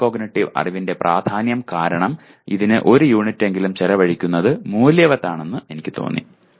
metacognitive അറിവിന്റെ പ്രാധാന്യം കാരണം ഇതിന് ഒരു യൂണിറ്റെങ്കിലും ചെലവഴിക്കുന്നത് മൂല്യവത്താണെന്ന് എനിക്ക് തോന്നി